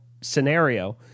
scenario